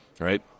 right